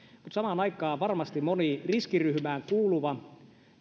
mutta samaan aikaan varmasti moni riskiryhmään kuuluva